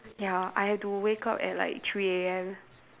ya I had to wake up at like three A_M